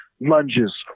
lunges